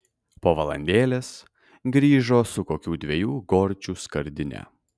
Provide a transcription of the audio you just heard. po valandėlės grįžo su kokių dviejų gorčių skardine